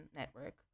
network